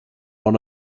one